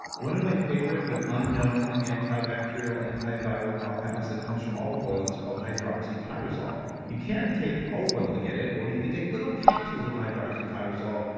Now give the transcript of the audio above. one of my favorite but unknown antibacterial, antiviral compounds, that comes from olive oil, is called hydroxytyrosol you can take olive oil to get it, or you could take little capsules of hydroxytyrosol,